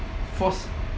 force